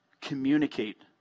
communicate